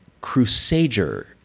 crusader